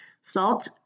salt